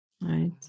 right